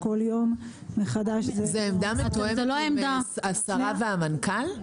כל יום מחדש --- זאת עמדה מתואמת עם השרה והמנכ"ל?